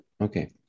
okay